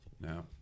no